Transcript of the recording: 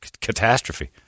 catastrophe